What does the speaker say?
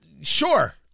sure